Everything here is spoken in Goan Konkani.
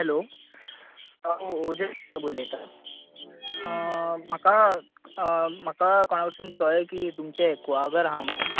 हॅलो हांव ओजस उलयतां म्हाका कोणा कडसून कळें की तुमचे कुळागर आहा म्हूण